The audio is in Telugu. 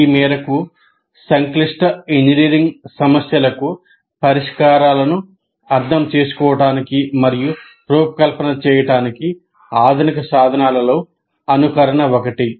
ఆ మేరకు సంక్లిష్ట ఇంజనీరింగ్ సమస్యలకు పరిష్కారాలను అర్థం చేసుకోవడానికి మరియు రూపకల్పన చేయడానికి ఆధునిక సాధనాల్లో అనుకరణ ఒకటి